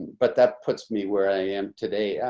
but that puts me where i am today.